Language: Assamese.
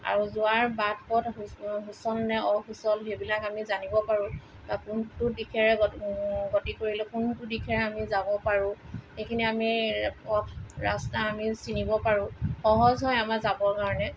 আৰু যোৱাৰ বাট পথ সুচল নে অসুচল সেইবিলাক আমি জানিব পাৰোঁ বা কোনটো দিশেৰে গতি কৰিলে কোনটো দিশেৰে আমি যাব পাৰোঁ এইখিনি আমি পথ ৰাস্তা আমি চিনিব পাৰোঁ সহজ হয় আমাৰ যাবৰ কাৰণে